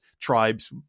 tribes